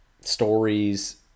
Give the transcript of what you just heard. Stories